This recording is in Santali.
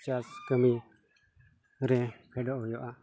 ᱪᱟᱥ ᱠᱟᱹᱢᱤ ᱨᱮ ᱯᱷᱮᱰᱚᱜ ᱦᱩᱭᱩᱜᱼᱟ